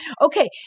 Okay